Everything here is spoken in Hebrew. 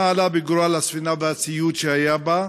1. מה עלה בגורל הספינה והציוד שהיה בה?